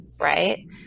right